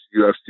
UFC